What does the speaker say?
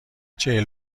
چهل